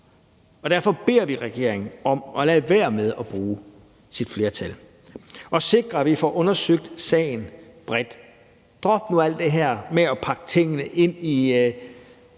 Derfor beder vi regeringen om at lade være med at bruge sit flertal og at sikre, at vi får undersøgt sagen bredt. Drop nu alt det her med at pakke tingene ind i